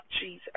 Jesus